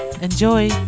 enjoy